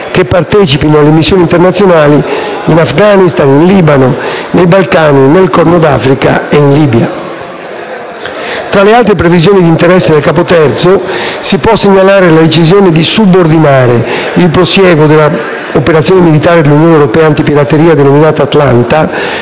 che partecipino alle missioni internazionali in Afghanistan, Libano, Balcani, Corno d'Africa e Libia. Tra le altre previsioni di interesse nel capo III si può segnalare la decisione di subordinare il prosieguo della operazione militare dell'Unione europea antipirateria denominata Atalanta